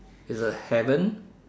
is a heaven